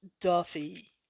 Duffy